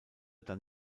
dann